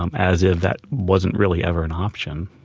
um as if that wasn't really ever an option.